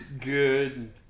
good